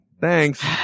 Thanks